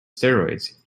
steroids